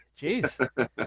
Jeez